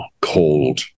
cold